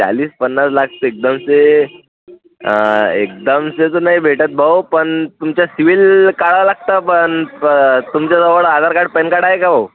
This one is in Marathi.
चाळीस पन्नास लाख एकदम से एकदम से तर नाही भेटत भाऊ पण तुमचा सिबिल काढावं लागतं पण तुमच्याजवळ आधारकार्ड पॅनकार्ड आहे का भाऊ